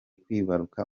kwibaruka